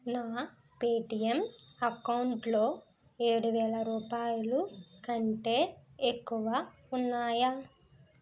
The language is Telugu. నా పేటిఎమ్ అకౌంటులో ఏడు వేల రూపాయలకంటే ఎక్కువ ఉన్నాయా